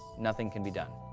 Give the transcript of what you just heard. nothing can be done.